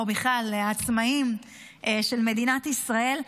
או בכלל העצמאים של מדינת ישראל.